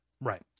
Right